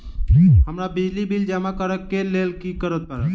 हमरा बिजली बिल जमा करऽ केँ लेल की करऽ पड़त?